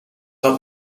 dat